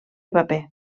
paper